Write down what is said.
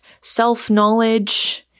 self-knowledge